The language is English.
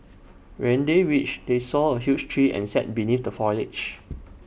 when they reached they saw A huge tree and sat beneath the foliage